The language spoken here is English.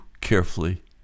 carefully